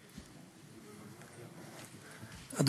מס' 3842, 3851, 3870, 3879, 3898 ו-3899.